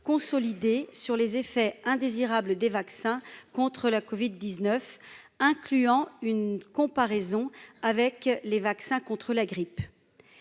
consolider sur les effets indésirables des vaccins contre la Covid 19 incluant une comparaison avec les vaccins contre la grippe,